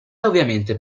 ovviamente